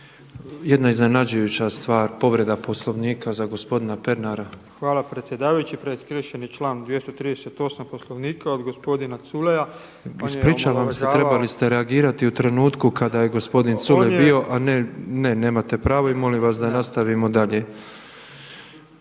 Jedna iznenađujuća stvar. Povreda Poslovnika za gospodina Pernara. **Bunjac, Branimir (Živi zid)** Hvala predsjedavajući. Prekršen je član 238. Poslovnika od gospodina Culeja. **Petrov, Božo (MOST)** Ispričavam se, trebali ste reagirati u trenutku kada je gospodin Culej bio. Ne, nemate pravo i molim vas da nastavimo dalje.